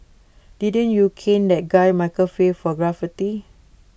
didn't you cane that guy Michael Fay for graffiti